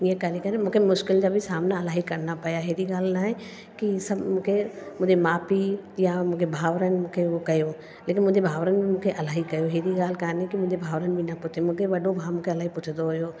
हीअं करे करे मूंखे मुश्किल जा बि सामना इलाही करिणा पिया अहिड़ी ॻाल्हि न आहे कि इहे सभु मूंखे मुंहिंजे माउ पीउ या मूंखे भावरनि मूंखे उहो कयो लेकिनि मुंहिंजे भावरनि मूंखे इलाही कयो अहिड़ी ॻाल्हि काने कि मुंहिंजे भावरनि बि न पुछे मुंहिंजो वॾो भाउ मूंखे इलाही पुछंदो हुओ